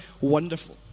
wonderful